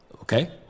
Okay